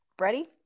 Ready